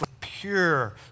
pure